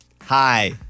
Hi